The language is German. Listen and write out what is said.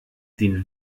den